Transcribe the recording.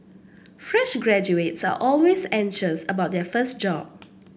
fresh graduates are always anxious about their first job